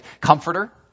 Comforter